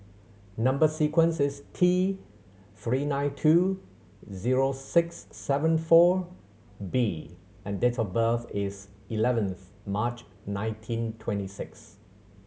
number sequence is T Three nine two zero six seven four B and date of birth is eleventh March nineteen twenty six